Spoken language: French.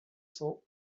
cents